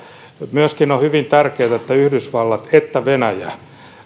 myöskin on hyvin tärkeätä että sekä yhdysvallat että venäjä